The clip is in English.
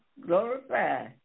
Glorify